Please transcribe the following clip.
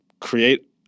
create